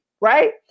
right